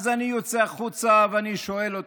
אז אני יוצא החוצה ואני שואל אותו: